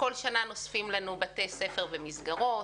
בכל שנה נוספים לנו בתי ספר ומסגרות.